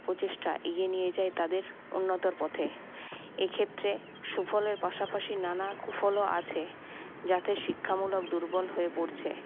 প্রচেষ্টা এগিয়ে নিয়ে যায় তাদের উন্নতর পথে এইক্ষেত্রে সুফলের পাশাপাশি নানা কুফলও আছে যাতে শিক্ষামূলক দুর্বল হয়ে পড়ছে